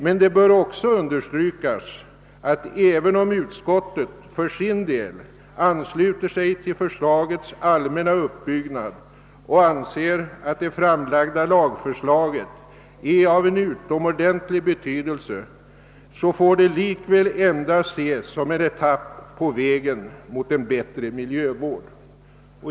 Men det bör även understrykas att om utskottet för sin del ansluter sig till förslagets allmänna uppbyggnad och anser att det framlagda lagförslaget är av utomordentligt stor betydelse, får det likväl endast ses som en etapp på vägen mot en bättre miljövård.